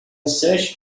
search